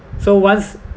so once